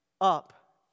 up